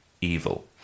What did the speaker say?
evil